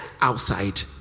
outside